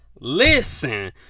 Listen